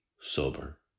sober